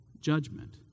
judgment